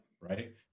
right